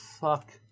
fuck